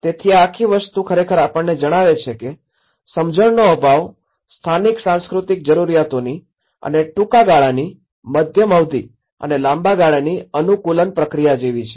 તેથી આ આખી વસ્તુ ખરેખર આપણને જણાવે છે કે સમજણનો અભાવ સ્થાનિક સાંસ્કૃતિક જરૂરિયાતોની અને ટૂંકા ગાળાની મધ્યમ અવધિ અને લાંબા ગાળાની અનુકૂલન પ્રક્રિયા કેવી છે